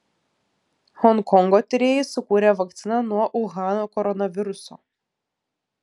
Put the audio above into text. honkongo tyrėjai sukūrė vakciną nuo uhano koronaviruso